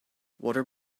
water